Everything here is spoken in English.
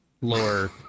lower